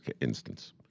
instance